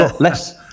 less